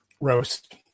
roast